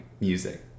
music